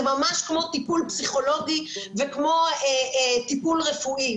זה ממש כמו טיפול פסיכולוגי וכמו טיפול רפואי.